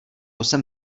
jsem